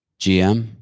gm